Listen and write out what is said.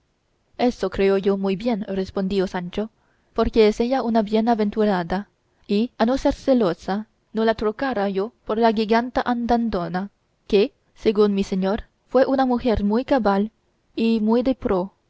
eso creo yo muy bien respondió sancho porque es ella una bienaventurada y a no ser celosa no la trocara yo por la giganta andandona que según mi señor fue una mujer muy cabal y muy de pro